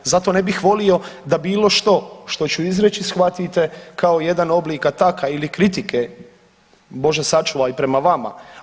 Zato ne bih volio da bilo što, što ću izreći shvatite kao jedan oblik ataka ili kritike, bože sačuvaj prema vama.